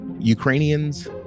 Ukrainians